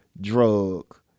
drug